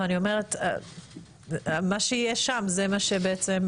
מה שיהיה שם זה מה שבעצם,